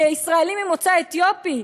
לישראלים ממוצא אתיופי.